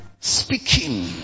Speaking